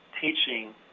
teaching